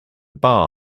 bar